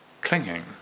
clinging